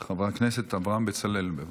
חבר הכנסת אברהם בצלאל, בבקשה.